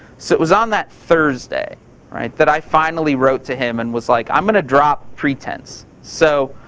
so it was on that thursday that i finally wrote to him and was like, i'm gonna drop pretense. so,